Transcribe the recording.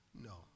No